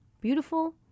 Beautiful